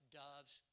doves